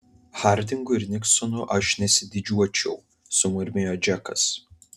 hardingu ir niksonu aš nesididžiuočiau sumurmėjo džekas